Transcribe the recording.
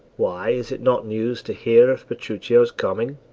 why, is it not news to hear of petruchio's coming?